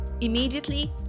immediately